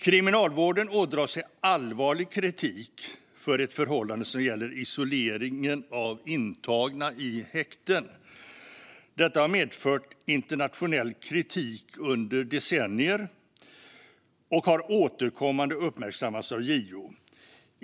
Kriminalvården ådrar sig allvarlig kritik för ett förhållande som gäller isoleringen av intagna i häkten. Detta har medfört internationell kritik under decennier och har återkommande uppmärksammats av JO.